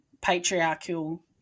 patriarchal